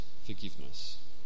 Forgiveness